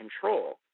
control